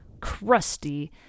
crusty